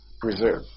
Preserve